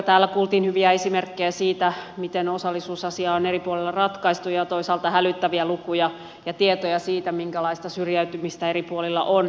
täällä kuultiin hyviä esimerkkejä siitä miten osallisuusasia on eri puolilla ratkaistu ja toisaalta hälyttäviä lukuja ja tietoja siitä minkälaista syrjäytymistä eri puolilla on